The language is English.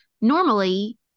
Normally